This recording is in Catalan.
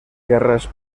guerres